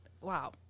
wow